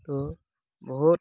তো বহুত